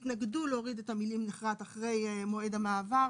התנגדו להוריד את המילים "נכרת אחרי מועד המעבר",